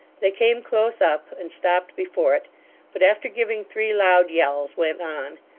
they came close up, and stopped before it but after giving three loud yells, went on.